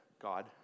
God